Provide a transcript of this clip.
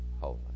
holy